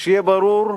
שיהיה ברור,